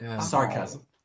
Sarcasm